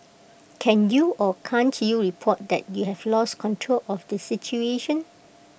can you or can't you report that you have lost control of the situation